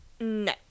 No